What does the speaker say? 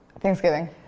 Thanksgiving